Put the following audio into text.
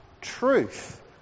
truth